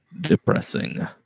depressing